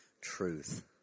Truth